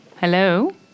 Hello